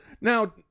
now